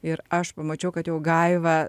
ir aš pamačiau kad jau gaiva